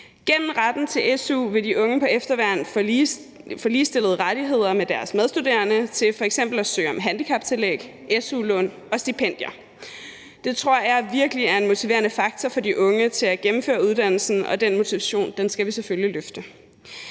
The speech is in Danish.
Gennem retten til su vil de unge på efterværn få ligestillede rettigheder med deres medstuderende til f.eks. at søge om handicaptillæg, su-lån og stipendier. Det tror jeg virkelig er en motiverende faktor for de unge til at gennemføre uddannelsen, og den motivation skal vi selvfølgelig løfte.